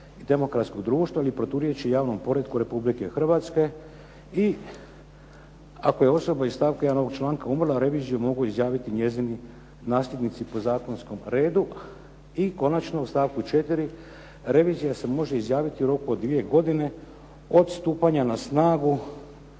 demokratskog društva ili proturječi javnom poretku Republike Hrvatske i ako je osoba iz stavka 1. ovog članka umrla, reviziju mogu izjaviti njezini nasljednici po zakonskom redu. I konačno, u stavku 4. revizija se može izjaviti u roku od 2 godine od stupanja na snagu